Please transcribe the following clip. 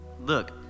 Look